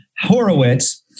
Horowitz